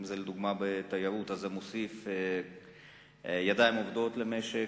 לדוגמה בתיירות, ידיים עובדות למשק,